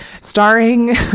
Starring